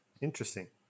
Interesting